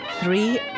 Three